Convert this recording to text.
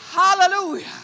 Hallelujah